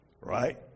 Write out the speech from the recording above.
Right